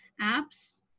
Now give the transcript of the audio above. apps